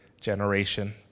generation